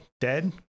dead